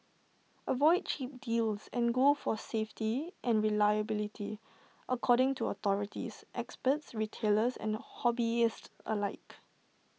avoid cheap deals and go for safety and reliability according to authorities experts retailers and hobbyists alike